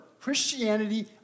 Christianity